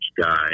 guy